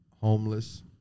homeless